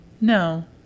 No